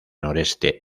noreste